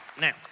Now